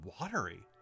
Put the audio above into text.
watery